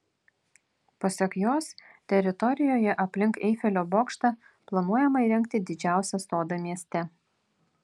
pasak jos teritorijoje aplink eifelio bokštą planuojama įrengti didžiausią sodą mieste